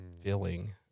feeling